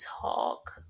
talk